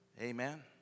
Amen